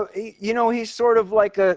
ah you know, he's sort of, like, ah